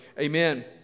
Amen